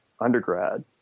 undergrad